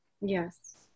Yes